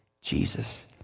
Jesus